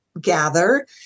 gather